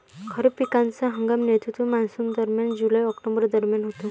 खरीप पिकांचा हंगाम नैऋत्य मॉन्सूनदरम्यान जुलै ऑक्टोबर दरम्यान होतो